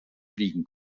fliegen